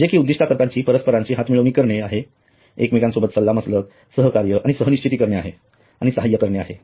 जे कि उद्दीष्टांकरीताची परस्परांशी हातमिळवणी करणे आहे एकमेकांसोबत सल्लामसलत सहकार्य आणि सहनिश्चिती करणे आहे आणि सहाय्य करणे हे आहेत